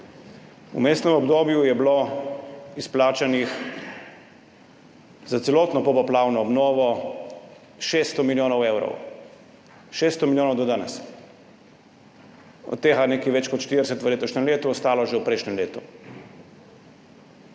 V vmesnem obdobju je bilo izplačanih za celotno popoplavno obnovo 600 milijonov evrov. 600 milijonov do danes, od tega nekaj več kot 40 milijonov v letošnjem letu, ostalo že v prejšnjem letu.